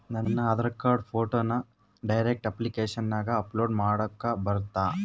ನನ್ನ ಆಧಾರ್ ಕಾರ್ಡ್ ಫೋಟೋನ ಡೈರೆಕ್ಟ್ ಅಪ್ಲಿಕೇಶನಗ ಅಪ್ಲೋಡ್ ಮಾಡಾಕ ಬರುತ್ತಾ?